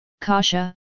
Kasha